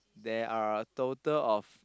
there are a total of